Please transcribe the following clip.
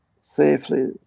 safely